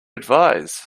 advise